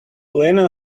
lena